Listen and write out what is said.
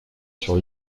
sur